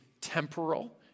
temporal